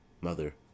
mother